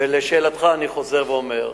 לשאלתך, אני חוזר ואומר: